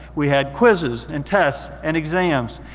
we had quizzes and tests and exams.